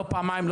לא פעמיים,